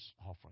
offering